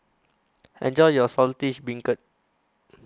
Enjoy your Saltish Beancurd